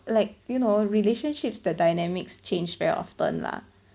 like you know relationships the dynamics change very often lah